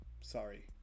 sorry